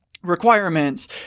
requirements